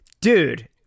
dude